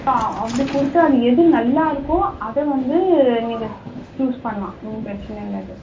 ஆ அப்படி கொடுத்து அது எது நல்லாயிருக்கோ அதை வந்து நீங்கள் சூஸ் பண்ணலாம் ஒன்றும் பிரச்சனை இல்லை அது